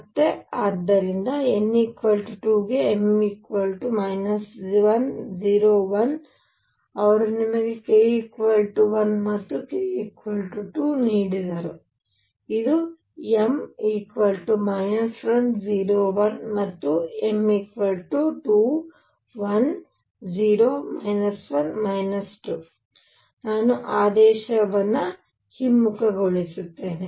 ಮತ್ತು ಆದ್ದರಿಂದ n 2 ಗೆ m 1 0 1 ಅವರು ನಿಮಗೆ k 1 ಮತ್ತು k 2 ನೀಡಿದರು ಇದು m 1 0 1 ಮತ್ತು m 2 1 0 1 2 ನಾನು ಆದೇಶವನ್ನು ಹಿಮ್ಮುಖಗೊಳಿಸುತ್ತೇನೆ